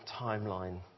timeline